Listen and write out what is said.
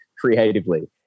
creatively